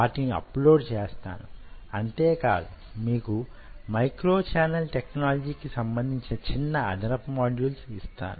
వాటిని అప్లోడ్ చేస్తాను అంతే కాదు మీకు మైక్రో ఛానల్ టెక్నాలజీ కి సంబంధించిన చిన్న అదనపు మోడ్యూల్స్ ఇస్తాను